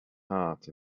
heart